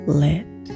lit